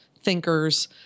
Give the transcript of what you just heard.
thinkers